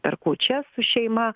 per kūčias su šeima